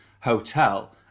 hotel